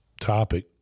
topic